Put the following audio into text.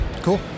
Cool